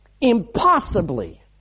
impossibly